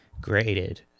graded